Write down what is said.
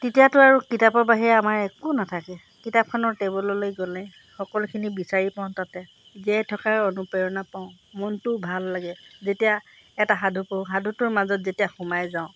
তেতিয়াতো আৰু কিতাপৰ বাহিৰে আমাৰ একো নাথাকে কিতাপখনৰ টেবুললৈ গ'লে সকলোখিনি বিচাৰি পাওঁ তাতে জীয়াই থকাৰ অনুপ্ৰেৰণা পাওঁ মনটোও ভাল লাগে যেতিয়া এটা সাধু পঢ়ো সাধুটোৰ মাজত যেতিয়া সোমাই যাওঁ